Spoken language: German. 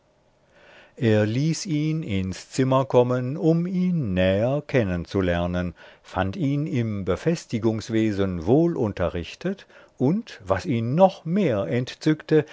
er ließ ihn ins zimmer kommen um ihn näher kennen zu lernen fand ihn im befestigungswesen wohlunterrichtet und was ihn noch mehr entzückte